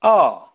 অঁ